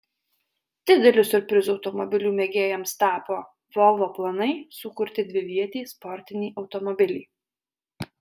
dideliu siurprizu automobilių mėgėjams tapo volvo planai sukurti dvivietį sportinį automobilį